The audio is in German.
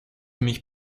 mich